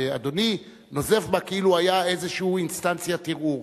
ואדוני נוזף בה כאילו היה איזשהו אינסטנציית ערעור.